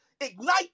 ignite